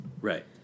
Right